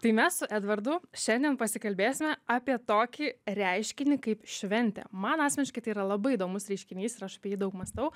tai mes su edvardu šiandien pasikalbėsime apie tokį reiškinį kaip šventė man asmeniškai tai yra labai įdomus reiškinys ir aš daug mąstau